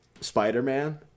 Spider-Man